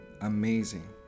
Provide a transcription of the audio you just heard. amazing